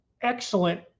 excellent